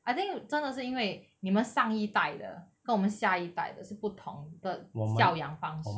I think 真的是因为你们上一代的跟我们下一代的是不同的小样方式